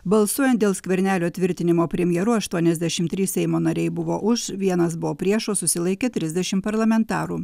balsuojant dėl skvernelio tvirtinimo premjeru aštuoniasdešim trys seimo nariai buvo už vienas buvo prieš o susilaikė trisdešim parlamentarų